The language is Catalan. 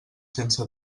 sense